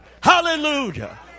Hallelujah